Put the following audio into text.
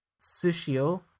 Sushio